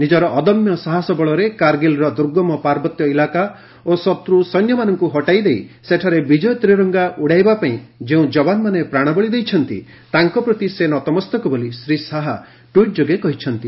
ନିଜର ଅଦମ୍ୟ ସାହସ ବଳରେ କାର୍ଗିଲ୍ର ଦୁର୍ଗମ ପାର୍ବତ୍ୟ ଇଲାକା ଓ ଶତ୍ର ସୈନ୍ୟମାନଙ୍କୁ ହଟେଇ ଦେଇ ସେଠାରେ ବିଜୟ ତ୍ରିରଙ୍ଗା ଉଡ଼ାଇବାପାଇଁ ଯେଉଁ ଯବାନମାନେ ପ୍ରାଣବଳି ଦେଇଛନ୍ତି ତାଙ୍କ ପ୍ରତି ସେ ନତମସ୍ତକ ବୋଲି ଶ୍ରୀ ଶାହା ଟ୍ୱିଟ୍ ଯୋଗେ କହିଛନ୍ତି